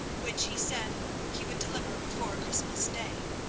which he said he would deliver before christmas day.